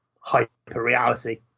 hyper-reality